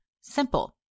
Simple